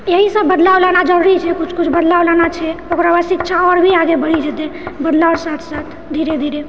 यही सभ बदलाव लाना जरूरी छै किछु किछु बदलाव लाना छै ओकरा बाद शिक्षा आओर भी आगे बढ़ि जतए बदलाव साथ साथ धीरे धीरे